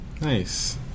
Nice